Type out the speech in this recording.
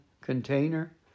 container